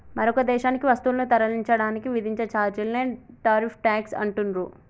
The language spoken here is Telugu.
మరొక దేశానికి వస్తువులను తరలించడానికి విధించే ఛార్జీలనే టారిఫ్ ట్యేక్స్ అంటుండ్రు